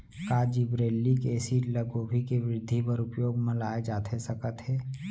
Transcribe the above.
का gibberellic acid ल गोभी के वृद्धि बर उपयोग म लाये जाथे सकत हे?